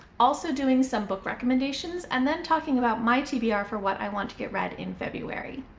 also doing some book recommendations, and then talking about my tbr for what i want to get read in february.